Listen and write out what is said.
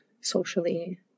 socially